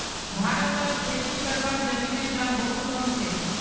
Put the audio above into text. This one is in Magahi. भारतत खेती करवार जमीनेर दाम बहुत कम छे